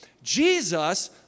Jesus